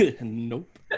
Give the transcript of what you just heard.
nope